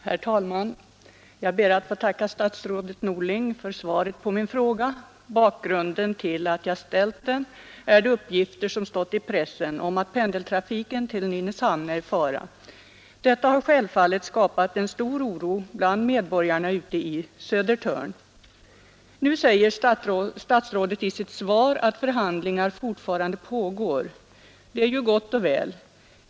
Herr talman! Jag ber att få tacka statsrådet Norling för svaret på min fråga. Bakgrunden till att jag ställde den är de uppgifter som stått i pressen om att pendeltrafiken till Nynäshamn är i fara. Detta har självfallet skapat stor oro bland medborgarna ute i Södertörn. Nu säger statsrådet i sitt svar att förhandlingar fortfarande pågår. Det är ju gott och väl.